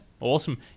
awesome